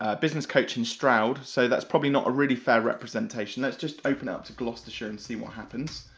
ah business coach in stroud, so that's probably not a really fair representation. let's just open up to gloucestershire and see what happens.